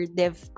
dev